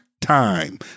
time